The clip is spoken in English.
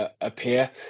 Appear